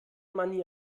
manieren